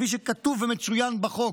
כפי שכתוב ומצוין בחוק,